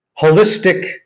holistic